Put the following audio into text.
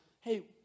hey